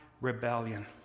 rebellion